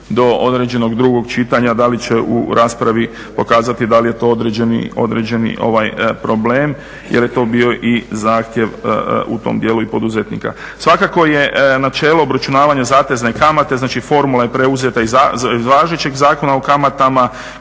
do određenog drugog čitanja da li će u raspravi pokazati da li je to određeni problem, jer je to bio i zahtjev u tom dijelu i poduzetnika. Svakako je načelo obračunavanja zatezne kamate, znači formula je preuzeta iz važećeg Zakona o kamatama